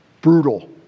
brutal